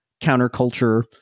counterculture